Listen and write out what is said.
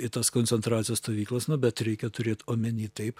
į tas koncentracijos stovyklas nu bet reikia turėt omeny taip